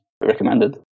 recommended